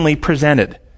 presented